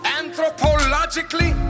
anthropologically